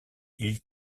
ils